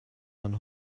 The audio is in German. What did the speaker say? man